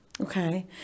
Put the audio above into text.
Okay